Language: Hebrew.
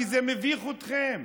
כי זה מביך אתכם,